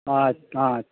ಆಯ್ತು ಆಯ್ತು